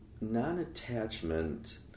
non-attachment